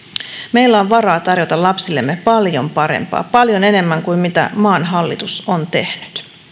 meillä on varaa tarjota lapsillemme paljon parempaa paljon enemmän kuin mitä maan hallitus on tehnyt